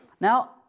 Now